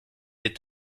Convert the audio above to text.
des